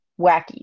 wacky